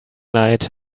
night